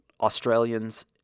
Australians